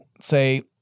say